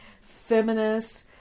feminist